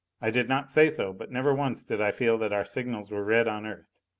i did not say so, but never once did i feel that our signals were read on earth.